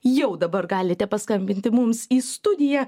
jau dabar galite paskambinti mums į studiją